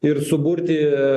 ir suburti